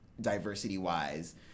diversity-wise